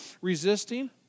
resisting